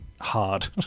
hard